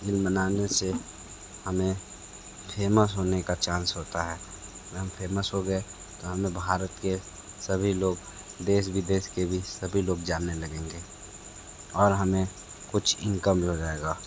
reel बनाने से हमें फेमस होने का चांस होता है अगर हम फेमस हो गए तो हमें भारत के सभी लोग देस विदेश के बीच सभी लोग जानने लगेंगे और हमें कुछ इनकम भी हो जाएगा